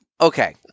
Okay